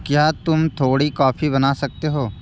क्या तुम थोड़ी कॉफ़ी बना सकते हो